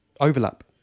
overlap